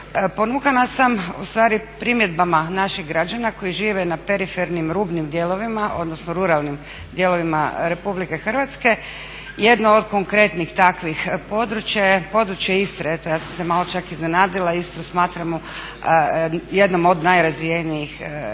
Ponukana sam ustvari primjedbama naših građana koji žive na perifernim, rubnim dijelovima, odnosno ruralnim dijelovima Republike Hrvatske. Jedno od konkretnih takvih područja je područje Istre. Eto ja sam se malo čak iznenadila, Istru smatramo jednom od najrazvijenijih i županija